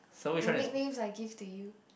the nicknames I give to you